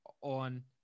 on